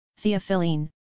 theophylline